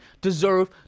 deserve